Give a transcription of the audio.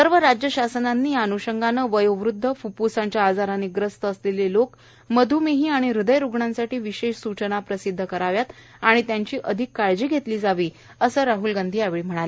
सर्व राज्यशासनांनी या अनषंगाने वयोवृद्ध फ्फ्फ्साच्या आजाराने ग्रस्त असलेले लोक मध्मेही आणि ह्रदयरुग्णांसाठी विशेष सूचना प्रसिदध कराव्या आणि त्यांची अधिक काळजी घेतली जावी असं राहल गांधी म्हणाले